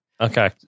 Okay